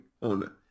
on